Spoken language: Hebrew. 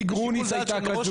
דעתו של הנשיא גרוניס הייתה כזו,